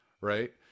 Right